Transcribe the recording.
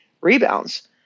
rebounds